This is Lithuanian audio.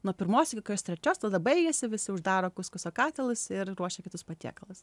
nuo pirmos iki kokios trečios tada baigiasi visi uždaro kuskuso katilus ir ruošia kitus patiekalus